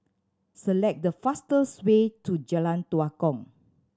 select the fastest way to Jalan Tua Kong